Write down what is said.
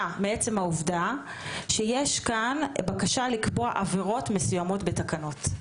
מעצם העובדה שיש כאן בקשה לקבוע עבירות מסוימות בתקנות.